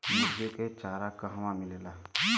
मुर्गी के चारा कहवा मिलेला?